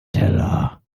teller